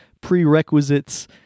prerequisites